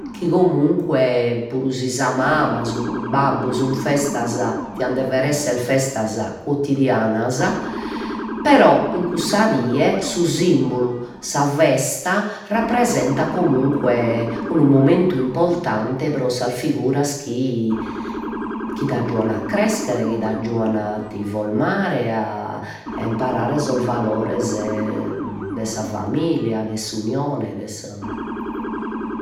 Chi comunque puru si sa mama su babbu sun festas, dian dever esser festas quotidianas, però in cussa die su simbulu, sa festa rappresentat comunque unu momentu importante pro sas figuras chi t'aggiuan a crescher, chi t'aggiuan a ti formare, a imparare sos valores de sa familia, de s'unione, de sa